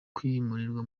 kwimurirwa